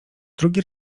drugi